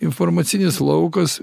informacinis laukas